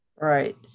right